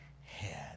head